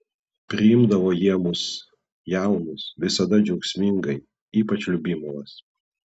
priimdavo jie mus jaunus visada džiaugsmingai ypač liubimovas